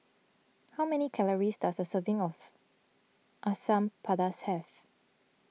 how many calories does a serving of Asam Pedas have